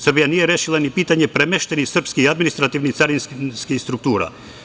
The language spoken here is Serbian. Srbija nije rešila ni pitanje premeštenih srpskih i administrativnih carinskih struktura.